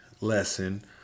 lesson